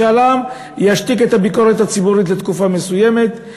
משאל עם ישתיק את הביקורת הציבורית לתקופה מסוימת,